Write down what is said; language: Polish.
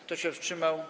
Kto się wstrzymał?